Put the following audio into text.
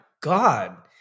god